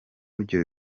byo